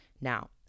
Now